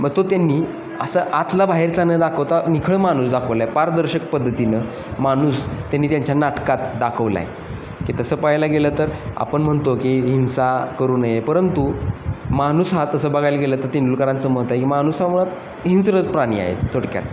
मग तो त्यांनी असा आतला बाहेरचा न दाखवता निखळ माणूस दाखवला आहे पारदर्शक पद्धतीनं माणूस त्यांनी त्यांच्या नाटकात दाखवला आहे की तसं पाहायला गेलं तर आपण म्हणतो की हिंसा करू नये परंतु माणूस हा तसं बघायला गेलं तर तेंडुलकरांचं मत आहे की माणूस मुळात हिंस्रच प्राणी आहे थोडक्यात